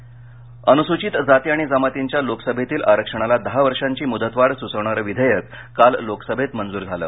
संसद प्रसाद अनुसूचित जाती आणि जमातींच्या लोकसभेतील आरक्षणाला दहा वर्षांची मुदतवाढ सुचविणारं विधेयक काल लोकसभेत मंजूर झालं